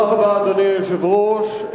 אדוני היושב-ראש,